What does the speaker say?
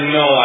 no